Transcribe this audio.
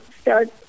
start